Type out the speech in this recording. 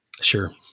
Sure